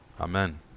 Amen